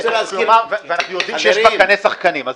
ואנחנו יודעים שיש בקנה שחקנים.